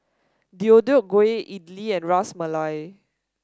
Deodeok Gui Idili and Ras Malai